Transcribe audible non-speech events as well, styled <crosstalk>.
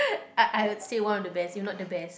<laughs> I I would say one of the best if not the best